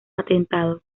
atentado